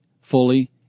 fully